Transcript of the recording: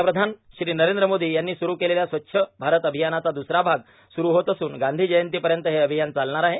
पंतप्रधान नरद्र मोर्दो यांनी सुरु केलेल्या स्वच्छ भारत र्आभयानाचा दुसरा भाग सुरु होत असून गांधी जयंतीपयत हे र्आभयान चालणार आहे